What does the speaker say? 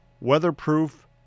weatherproof